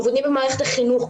אבודים במערכת החינוך,